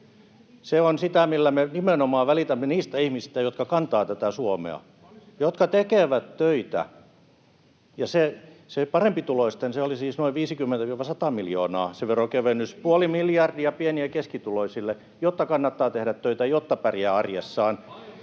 Se on sitä, millä me nimenomaan välitämme niistä ihmisistä, jotka kantavat Suomea, jotka tekevät töitä. Se parempituloisten veronkevennys oli siis noin 50—100 miljoonaa, [Antti Lindtmanin välihuuto] mutta puoli miljardia pieni‑ ja keskituloisille, jotta kannattaa tehdä töitä, jotta pärjää arjessaan,